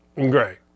Great